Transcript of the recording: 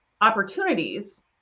opportunities